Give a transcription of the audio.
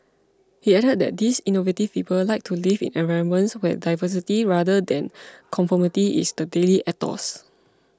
he added that these innovative people like to live in environments where diversity rather than conformity is the daily ethos